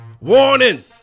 Warning